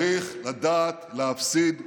צריך לדעת להפסיד בכבוד.